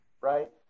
Right